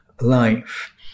life